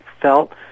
felt